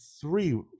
three